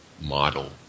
model